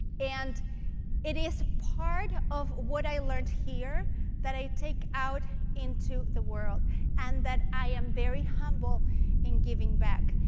and it is part of what i learned here that i take out into the world and that i am very humble in giving back.